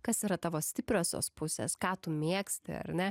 kas yra tavo stipriosios pusės ką tu mėgsti ar ne